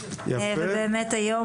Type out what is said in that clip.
והיום,